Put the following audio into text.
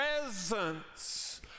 presence